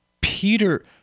Peter